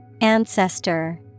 Ancestor